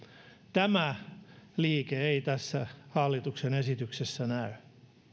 tämä liike ei tässä hallituksen esityksessä näy